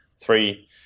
three